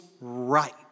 right